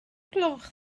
gloch